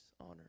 honor